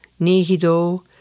Nihido